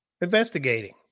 investigating